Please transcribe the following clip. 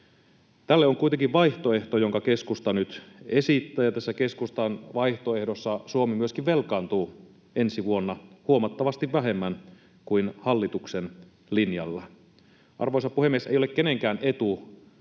Tälle on kuitenkin vaihtoehto, jonka keskusta nyt esittää, ja tässä keskustan vaihtoehdossa Suomi myöskin velkaantuu ensi vuonna huomattavasti vähemmän kuin hallituksen linjalla. Arvoisa puhemies! Ei ole kenenkään etu